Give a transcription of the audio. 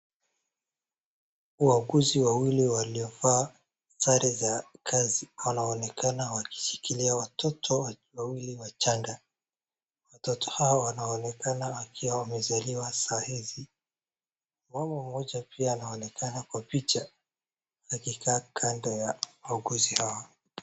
Wauguzi wawili waliovaa sare za kazi wanaonekana wakishikiliwa watoto wawili wachanga. Watoto hawa wanaonekana wakiwa wamezaliwa saizi. Mama mmoja pia anaonekana kwa picha akikaa kando ya wauguzi hawa.